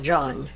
John